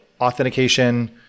authentication